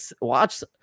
watch